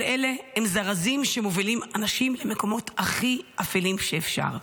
כל אלה הם זרזים שמובילים אנשים למקומות הכי אפלים שאפשר.